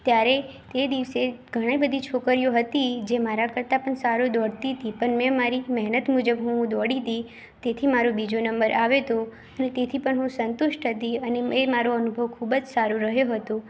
ત્યારે તે દિવસે ઘણી બધી છોકરીઓ હતી જે મારા કરતાં પણ સારું દોડતી તી પણ મેં મારી મહેનત મુજબ હું દોડી હતી તેથી મારો બીજો નંબર આવ્યો હતો અને તેથી પણ હું સંતુષ્ટ હતી અને એ મારો અનુભવ ખૂબ જ સારો રહ્યો